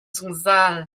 zungzal